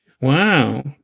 Wow